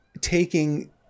taking